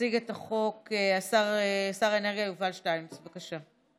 יציג את החוק שר האנרגיה יובל שטייניץ, בבקשה.